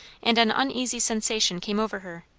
and an uneasy sensation came over her,